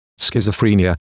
Schizophrenia